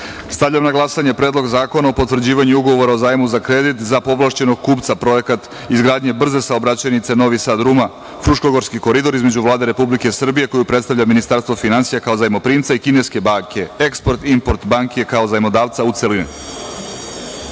zakona. Stavljam na glasanje Predlog zakona o potvrđivanju Ugovora o zajmu za kredit za povlašćenog kupca za Projekat izgradnje brze saobraćajnice Novi Sad – Ruma („Fruškogorski koridor“) između Vlade Republike Srbije koju predstavlja Ministarstvo finansija kao Zajmoprimca i kineske Export-Import banke kao Zajmodavca, u